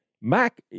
Mac